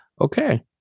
Okay